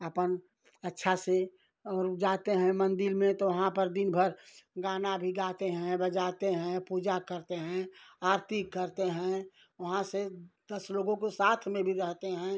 अपन अच्छा से और जाते हैं मंदिर में तो वहाँ पर दिन भर गाना भी गाते हैं बजाते हैं पूजा करते हैं आरती करते हैं वहाँ से दस लोगों को साथ में भी रहते हैं